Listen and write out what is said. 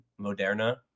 Moderna